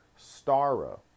Stara